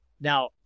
Now